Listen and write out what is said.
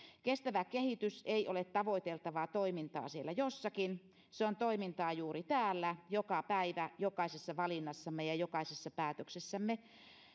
kestävä kehitys ei ole tavoiteltavaa toimintaa siellä jossakin se on toimintaa juuri täällä joka päivä jokaisessa valinnassamme ja jokaisessa päätöksessämme